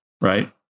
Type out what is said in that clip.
right